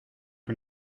que